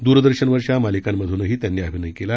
दूरदर्शनवरच्या मालिकांमधूनही त्यांनी अभिनय केला